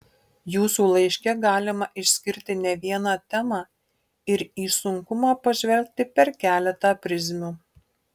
jūsų laiške galima išskirti ne vieną temą ir į sunkumą pažvelgti per keletą prizmių